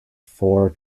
four